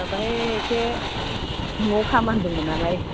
माबाहाय एसे नआव खामानि दंमोन नालाय